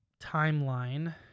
timeline